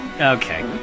Okay